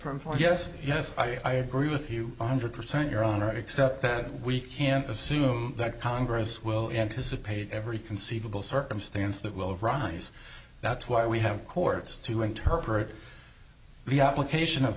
us yes i agree with you one hundred percent your honor except that we can't assume that congress will anticipate every conceivable circumstance that will arise that's why we have courts to interpret the application of